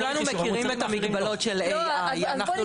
כולנו מכירים את המגבלות של AI. אנחנו